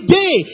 day